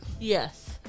yes